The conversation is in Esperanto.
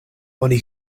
oni